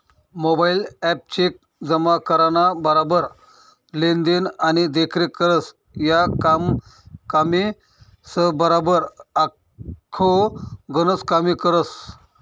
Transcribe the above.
mobile app cheque जमा कराना बराबर लेन देन आणि देखरेख करस, या कामेसबराबर आखो गनच कामे करस